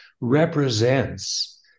represents